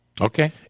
Okay